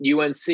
UNC